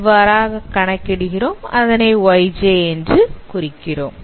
இவ்வாறாக கணக்கிடுகிறோம் அதனை yj என்று குறிக்கிறோம்